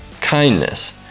kindness